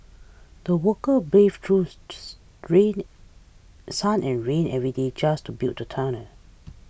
the workers braved through's green sun and rain every day just to build the tunnel